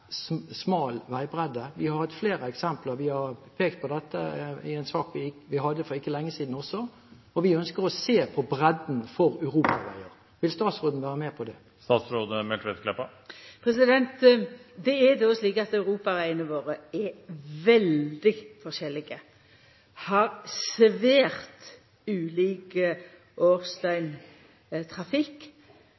svært smal veibredde? Vi har sett flere eksempler, og vi har pekt på dette i en sak vi hadde til behandling for ikke lenge siden. Vi ønsker å se på bredden for europaveier. Vil statsråden være med på det? Europavegane våre er veldig forskjellige og har